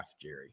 Jerry